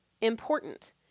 important